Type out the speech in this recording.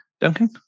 Duncan